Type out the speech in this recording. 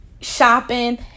shopping